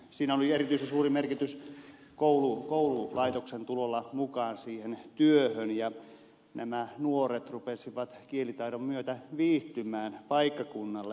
siinä oli erityisen suuri merkitys koululaitoksen tulolla mukaan siihen työhön ja nämä nuoret rupesivat kielitaidon myötä viihtymään paikkakunnalla